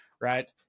right